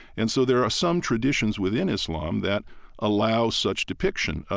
and so there are some traditions within islam that allow such depiction.